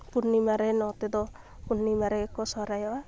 ᱯᱩᱱᱱᱤᱢᱟᱨᱮ ᱱᱚᱛᱮ ᱫᱚ ᱯᱩᱱᱱᱤᱢᱟᱨᱮ ᱠᱚ ᱥᱚᱨᱦᱟᱭᱚᱜᱼᱟ